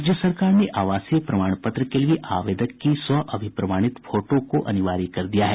राज्य सरकार ने आवासीय प्रमाण पत्र के लिये आवेदक की स्व अभिप्रमाणित फोटो को अनिवार्य कर दिया है